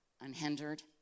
unhindered